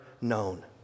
known